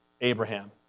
Abraham